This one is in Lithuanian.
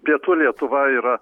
pietų lietuva yra